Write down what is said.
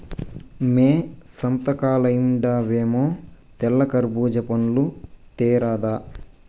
మ్మే సంతకెల్తండావేమో తెల్ల కర్బూజా పండ్లు తేరాదా